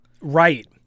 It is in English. Right